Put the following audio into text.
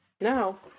No